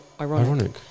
ironic